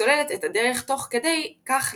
סוללת את הדרך תוך כדי כך